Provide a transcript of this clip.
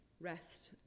Rest